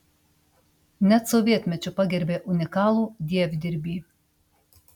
net sovietmečiu pagerbė unikalų dievdirbį